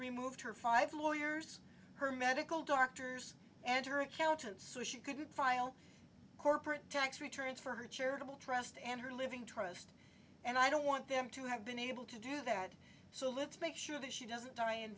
removed her five lawyers her medical doctors and her accountant so she couldn't file corporate tax returns for her charitable trust and her living trust and i don't want them to have been able to do that so let's make sure that she doesn't die